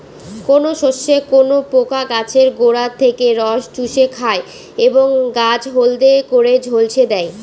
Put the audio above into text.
কোন শস্যে কোন পোকা গাছের গোড়া থেকে রস চুষে খায় এবং গাছ হলদে করে ঝলসে দেয়?